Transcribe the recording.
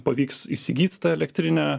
pavyks įsigyt tą elektrinę